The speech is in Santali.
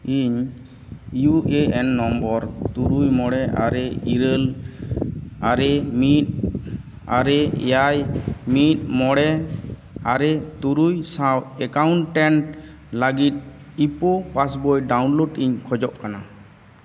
ᱤᱧ ᱤᱭᱩ ᱮ ᱮᱱ ᱱᱚᱢᱵᱚᱨ ᱛᱩᱨᱩᱭ ᱢᱚᱬᱮ ᱟᱨᱮ ᱤᱨᱟᱹᱞ ᱟᱨᱮ ᱢᱤᱫ ᱟᱨᱮ ᱮᱭᱟᱭ ᱢᱤᱫ ᱢᱚᱬᱮ ᱟᱨᱮ ᱛᱩᱨᱩᱭ ᱥᱟᱶ ᱮᱠᱟᱣᱩᱱᱴᱴᱮᱱᱴ ᱞᱟᱹᱜᱤᱫ ᱤᱯᱳ ᱯᱟᱥᱵᱳᱭ ᱰᱟᱣᱩᱱᱞᱳᱰ ᱤᱧ ᱠᱷᱚᱡᱚᱜ ᱠᱟᱱᱟ